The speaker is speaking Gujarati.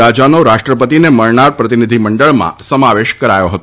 રાજાનો રાષ્ટ્રપતિને મળનાર પ્રતિનિધિમંડળમાં સમાવેશ થયો હતો